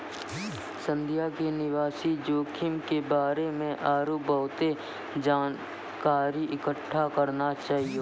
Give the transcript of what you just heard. संध्या के निवेश जोखिम के बारे मे आरु बहुते जानकारी इकट्ठा करना चाहियो